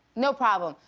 no problem.